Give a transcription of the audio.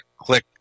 click